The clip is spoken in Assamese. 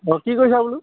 অঁ কি কৰিছা বোলো